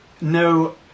no